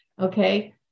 okay